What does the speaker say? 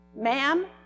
Ma'am